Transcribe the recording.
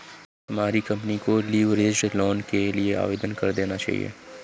तुम्हारी कंपनी को leveraged loan के लिए आवेदन कर देना चाहिए